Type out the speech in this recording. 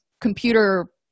computer